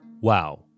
Wow